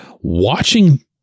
watching